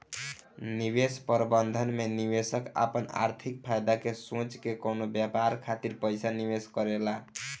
निवेश प्रबंधन में निवेशक आपन आर्थिक फायदा के सोच के कवनो व्यापार खातिर पइसा निवेश करेला